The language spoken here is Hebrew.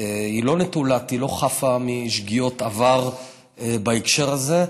לא נטולת, היא לא חפה משגיאות עבר בהקשר הזה.